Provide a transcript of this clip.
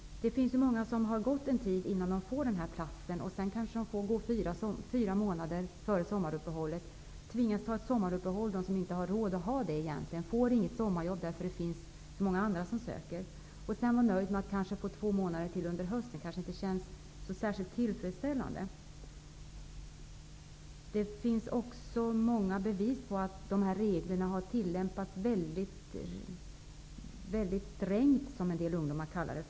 Det finns ju många som har gått arbetslösa en tid innan de har fått denna plats. Sedan får de jobba fyra månader. Sedan tvingas de göra ett sommaruppehåll, som de egentligen inte har råd med. Vidare får de inget sommarjobb, eftersom det är så många andra som söker jobb. Sedan får får de vara möjda med att jobba under två månader under hösten. Det känns inte så särskilt tillfredsställande. Det finns också många bevis på att dessa regler har tillämpats strängt -- såsom en del ungdomar säger.